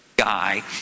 guy